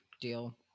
deal